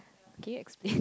can you explain